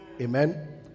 Amen